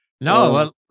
No